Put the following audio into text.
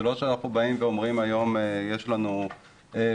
זה לא שאנחנו באים ואומרים היום שיש לנו בעיות.